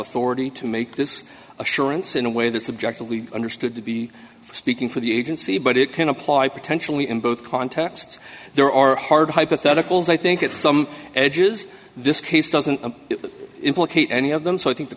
authority to make this assurance in a way that subjectively understood to be speaking for the agency but it can apply potentially in both contexts there are hard hypotheticals i think at some edges this case doesn't implicate any of them so i think the